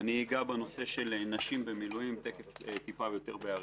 אני אגע בנושא של נשים במילואים עוד מעט באריכות.